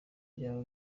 vya